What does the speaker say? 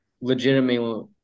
legitimately